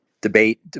debate